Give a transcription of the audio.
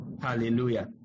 Hallelujah